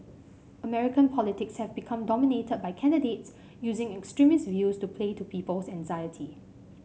American politics have become dominated by candidates using extremist views to play to people's anxiety